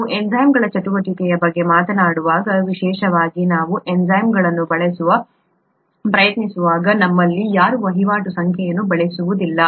ನಾವು ಎನ್ಝೈಮ್ಗಳ ಚಟುವಟಿಕೆಯ ಬಗ್ಗೆ ಮಾತನಾಡುವಾಗ ವಿಶೇಷವಾಗಿ ನಾವು ಎನ್ಝೈಮ್ಗಳನ್ನು ಬಳಸಲು ಪ್ರಯತ್ನಿಸುವಾಗ ನಮ್ಮಲ್ಲಿ ಯಾರೂ ವಹಿವಾಟು ಸಂಖ್ಯೆಯನ್ನು ಬಳಸುವುದಿಲ್ಲ